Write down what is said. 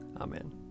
Amen